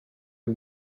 que